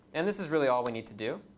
and this is really all we need to do.